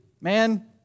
man